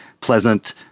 pleasant